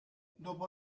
dopo